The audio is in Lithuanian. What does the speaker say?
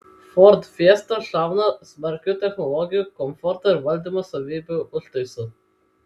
ford fiesta šauna smarkiu technologijų komforto ir valdymo savybių užtaisu